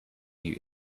you